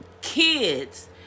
kids